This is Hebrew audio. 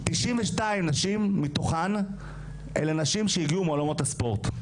92 נשים מתוכן אלה נשים שהגיעו מעולמות הספורט,